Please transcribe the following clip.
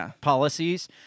policies